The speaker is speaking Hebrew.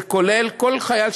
זה כולל כל חייל,